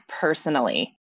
personally